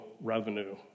revenue